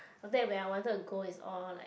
the date when I wanted to go is all like